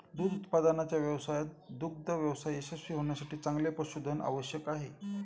दूध उत्पादनाच्या व्यवसायात दुग्ध व्यवसाय यशस्वी होण्यासाठी चांगले पशुधन आवश्यक आहे